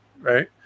Right